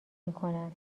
میکنن